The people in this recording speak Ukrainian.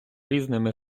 різними